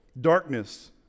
Darkness